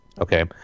Okay